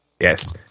Yes